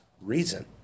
reason